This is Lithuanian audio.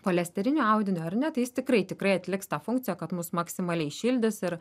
poliesterinio audinio ar ne tai jis tikrai tikrai atliks tą funkciją kad mus maksimaliai šildys ir